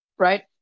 right